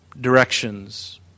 directions